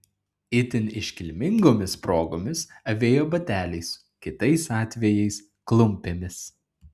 itin iškilmingomis progomis avėjo bateliais kitais atvejais klumpėmis